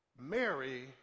Mary